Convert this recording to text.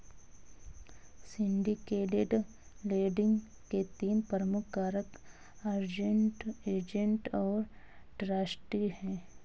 syndicated lending के तीन प्रमुख कारक अरेंज्ड, एजेंट और ट्रस्टी हैं